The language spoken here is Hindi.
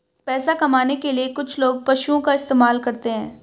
पैसा कमाने के लिए कुछ लोग पशुओं का इस्तेमाल करते हैं